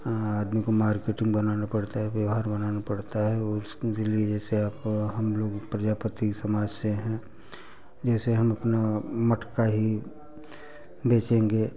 आदमी को मार्केट बनाना पड़ता है व्यवहार बनाना पड़ता है उसके लिए जैसे आपको हम लोग प्रजापति समाज से हैं जैसे हम अपना मटका ही बेचेंगे